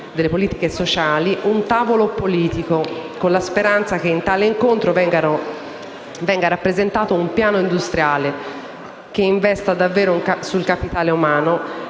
delle politiche sociali, un tavolo politico con la speranza che in tale incontro venga presentato un piano industriale che investa davvero sul capitale umano